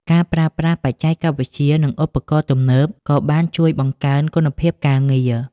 ការប្រើប្រាស់ បច្ចេកវិទ្យា និងឧបករណ៍ទំនើបក៏បានជួយបង្កើនគុណភាពការងារ។